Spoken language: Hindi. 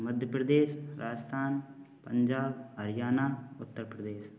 मध्य प्रदेश राजस्थान पंजाब हरियाणा उत्तर प्रदेश